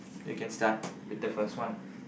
you can start with the first one